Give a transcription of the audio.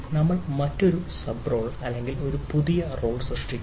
നമ്മൾ മറ്റൊരു sub role ചെയ്യുന്നു